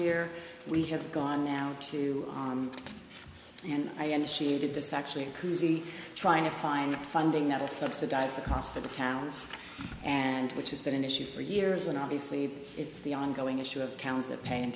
have gone now to and i initiated this actually cousy trying to find funding at a subsidize the cost for the towns and which has been an issue for years and obviously it's the ongoing issue of towns that pay in